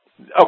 okay